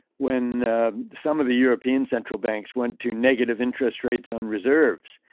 when some of the european central banks went to negative interest rates on reserves.